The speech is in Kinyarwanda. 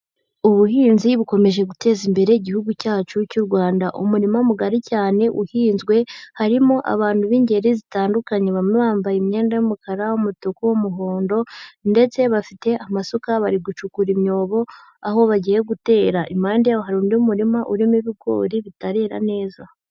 Ubuhinzi bukomeje guteza imbere igihugu cyacu cy'u Rwanda. Umurima mugari cyane uhinzwe, harimo abantu b'ingeri zitandukanye. Bamwe bambaye imyenda y'umukara, umutuku, umuhondo, ndetse bafite amasuka bari gucukura imyobo aho bagiye gutera. Impande hari undi murima urimo ibigori bitarera neza.